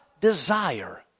desire